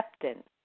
acceptance